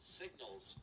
signals